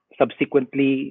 subsequently